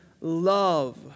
love